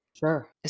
Sure